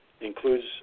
includes